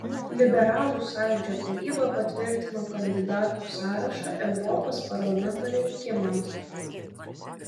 liberalų sąjūdžio taryba patvirtino kandidatų sąrašą europos parlamento rinkimams